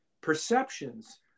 perceptions